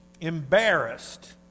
embarrassed